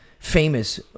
Famous